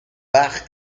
bach